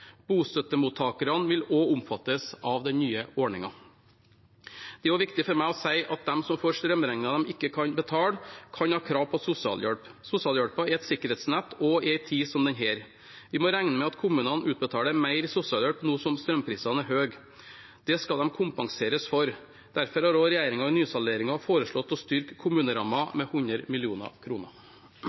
Bostøttemottakerne vil også omfattes av den nye ordningen. Det er også viktig for meg å si at de som får strømregninger de ikke kan betale, kan ha krav på sosialhjelp. Sosialhjelpen er et sikkerhetsnett også i en tid som denne. Vi må regne med at kommunene utbetaler mer i sosialhjelp nå som strømprisene er høye. Det skal de kompenseres for. Derfor har også regjeringen i nysalderingen foreslått å styrke kommunerammen med 100